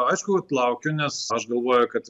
aišku kad laukiu nes aš galvoju kad